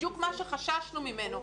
בדיוק מה שחששנו ממנו.